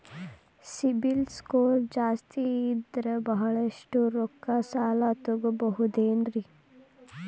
CIBIL score ಜಾಸ್ತಿ ಇದ್ರ ಬಹಳಷ್ಟು ರೊಕ್ಕ ಸಾಲ ತಗೋಬಹುದು ಏನ್ರಿ?